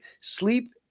sleep